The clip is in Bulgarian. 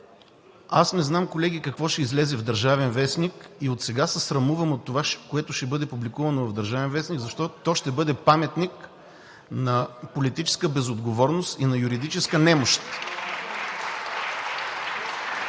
Аз не знам, колеги, какво ще излезе в „Държавен вестник“ и отсега се срамувам от това, което ще бъде публикувано в „Държавен вестник“, защото то ще бъде паметник на политическа безотговорност и на юридическа немощ.